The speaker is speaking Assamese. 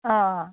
অঁ